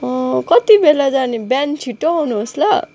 कति बेला जाने बिहान छिट्टो आउनुहोस् ल